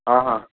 आ हा